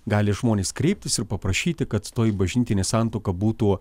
gali žmonės kreiptis ir paprašyti kad toji bažnytinė santuoka būtų